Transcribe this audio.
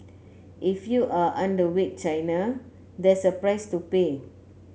if you are underweight China there's a price to pay